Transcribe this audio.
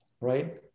right